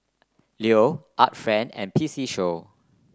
Leo Art Friend and P C Show